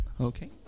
Okay